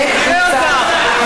נראה אותך.